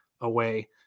away